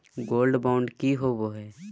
Gold bond की होबो है?